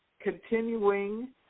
continuing